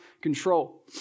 control